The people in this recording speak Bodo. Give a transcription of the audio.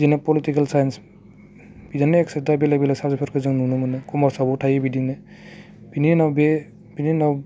बिदिनो पलिटिकेल साइन्स बिदिनो इटसेट्रा बेलेक बेलेक साबजेक्टफोरखौ जों नुनो मोनो कमार्सआवबो थायो बिदिनो बिनि उनाव बे बिनि उनाव